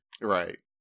Right